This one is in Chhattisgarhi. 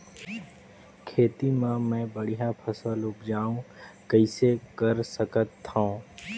खेती म मै बढ़िया फसल उपजाऊ कइसे कर सकत थव?